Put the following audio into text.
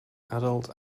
adult